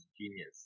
genius